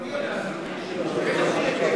זה לא נכון.